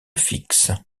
fixe